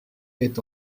est